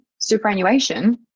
superannuation